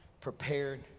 prepared